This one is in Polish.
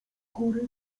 góry